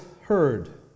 heard